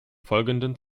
folgenden